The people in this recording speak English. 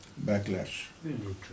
backlash